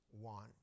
one